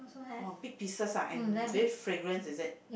oh big pieces ah and very fragrance is it